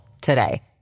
today